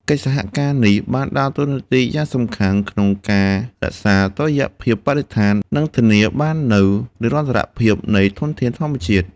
កិច្ចសហការនេះបានដើរតួនាទីយ៉ាងសំខាន់ក្នុងការរក្សាតុល្យភាពបរិស្ថាន និងធានាបាននូវនិរន្តរភាពនៃធនធានធម្មជាតិ។